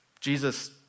Jesus